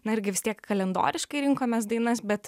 na irgi vis tiek kalendoriškai rinkomės dainas bet